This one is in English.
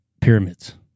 pyramids